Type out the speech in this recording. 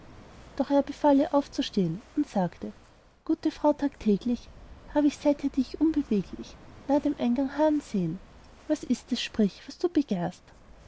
doch er befahl ihr aufzustehn und sagte gute frau tagtäglich hab ich seither dich unbeweglich dort nah dem eingang harren sehn was ist es sprich das du begehrst